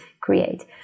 create